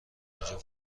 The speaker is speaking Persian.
اینجا